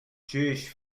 jewish